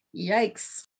yikes